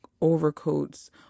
overcoats